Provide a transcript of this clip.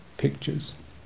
pictures